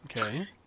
okay